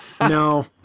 No